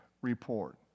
report